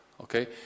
okay